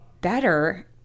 better